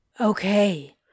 Okay